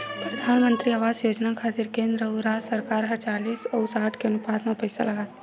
परधानमंतरी आवास योजना खातिर केंद्र अउ राज सरकार ह चालिस अउ साठ के अनुपात म पइसा लगाथे